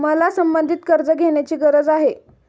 मला संबंधित कर्ज घेण्याची गरज आहे